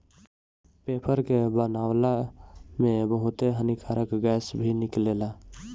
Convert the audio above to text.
paper के बनावला में बहुते हानिकारक गैस भी निकलेला